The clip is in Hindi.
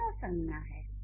दोनों संज्ञाएँ हैं